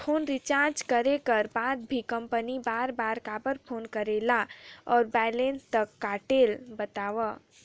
Phone recharge करे कर बाद भी कंपनी बार बार काबर फोन करेला और बैलेंस ल काटेल बतावव?